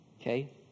Okay